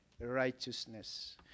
righteousness